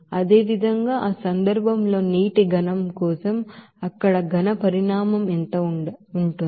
అదేవిధంగా ఆ సందర్భంలో ವಾಟರ್ ಸಾಲಿಡ್ కోసం అక్కడ ಸಾಲಿಡ್ పరిమాణం ఎంత ఉంటుంది